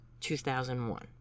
2001